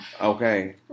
Okay